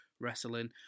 wrestling